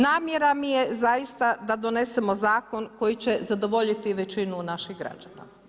Namjera mi je zaista da donesemo zakon koji će zadovoljiti većinu naših građana.